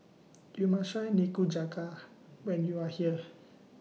YOU must Try Nikujaga when YOU Are here